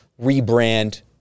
rebrand